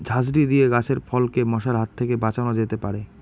ঝাঁঝরি দিয়ে গাছের ফলকে মশার হাত থেকে বাঁচানো যেতে পারে?